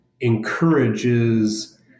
encourages